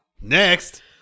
Next